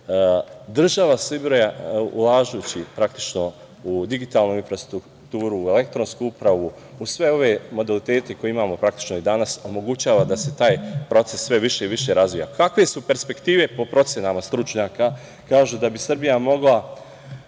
Država Srbija ulažući praktično u digitalnu infrastrukturu, u elektronsku upravu, u sve ove modelitete koje imamo danas, omogućava da se taj proces sve više i više razvija. Kakve su perspektive po procenama stručnjaka? Kažu da bi Srbija mogla